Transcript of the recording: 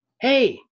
hey